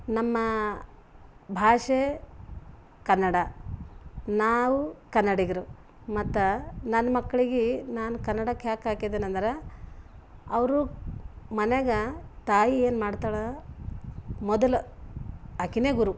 ನಮ್ಮ ಭಾಷೆ ಕನ್ನಡ ನಾವು ಕನ್ನಡಿಗರು ಮತ್ತು ನನ್ನ ಮಕ್ಳಿಗೆ ನಾನು ಕನ್ನಡಕ್ಕೆ ಯಾಕೆ ಹಾಕಿದೆನಂದ್ರೆ ಅವರು ಮನೆಗ ತಾಯಿ ಏನ್ಮಾಡ್ತಾಳೆ ಮೊದಲು ಆಕೆನೇ ಗುರು